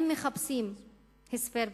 אם מחפשים הסבר פוליטי,